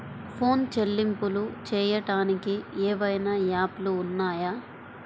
Phone చెల్లింపులు చెయ్యటానికి ఏవైనా యాప్లు ఉన్నాయా?